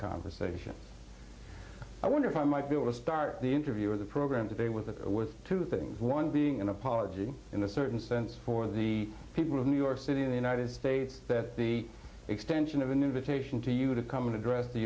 conversation i wonder if i might be able to start the interview of the program today with a with two things one being an apology in a certain sense for the people of new york city in the united states that the extension of an invitation to you to come and address the